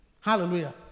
hallelujah